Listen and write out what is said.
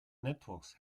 networks